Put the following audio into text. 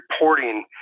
reporting